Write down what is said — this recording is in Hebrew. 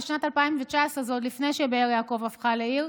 ושנת 2019 זה עוד לפני שבאר יעקב הפכה לעיר.